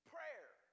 Prayer